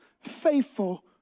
faithful